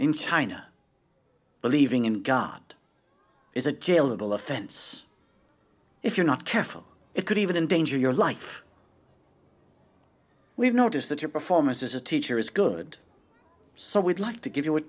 in china believing in god is a jailable offense if you're not careful it could even endanger your life we've noticed that your performance as a teacher is good so we'd like to give you a